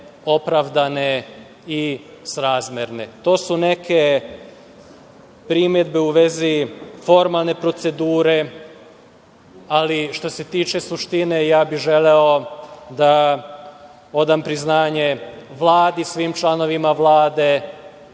opravdane i srazmerne. To su neke primedbe u vezi formalne procedure, ali što se tiče suštine, ja bih želeo da odam priznanje Vladi, svim članovima Vlade